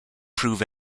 prove